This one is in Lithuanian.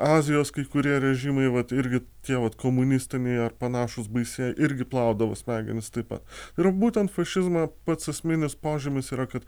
azijos kai kurie režimai vat irgi tie vat komunistiniai ar panašūs baisieji irgi plaudavo smegenis taip pat ir būtent fašizmo pats esminis požymis yra kad